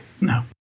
No